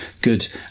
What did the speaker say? good